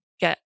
get